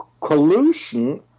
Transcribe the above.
collusion